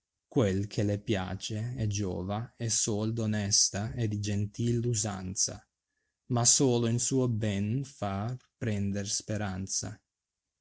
quel che le piace e giova e sol d onesta e di gentil usanza ma solo in suo ben far prende speranza